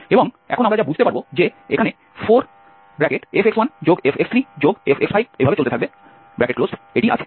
এবং এখন আমরা যা বুঝতে পারব যে এখানে 4fx1fx3fx5 আছে